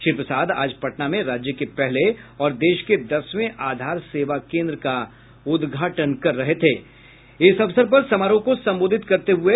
श्री प्रसाद आज पटना में राज्य के पहले और देश के दसवें आधार सेवा केन्द्र का उद्घाटन के अवसर पर समारोह को संबोधित कर रहे थे